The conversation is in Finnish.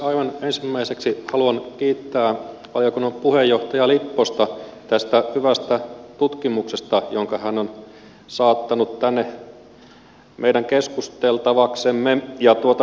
aivan ensimmäiseksi haluan kiittää valiokunnan puheenjohtaja lipposta tästä hyvästä tutkimuksesta jonka hän on saattanut tänne meidän keskusteltavaksemme